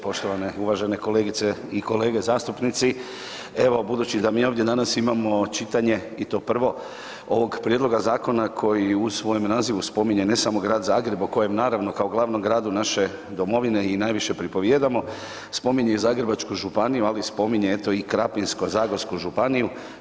Poštovane uvažene kolegice i kolege zastupnici evo budući da mi danas ovdje imamo čitanje i to prvo ovog prijedloga zakona koji u svojem nazivu spominje ne samo Grad Zagreb o kojem naravno kao glavnom gradu naše domovine i najviše pripovijedamo, spominje i Zagrebačku županiju, ali spominje i eto Krapinsko-zagorsku županiju.